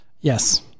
Yes